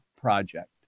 project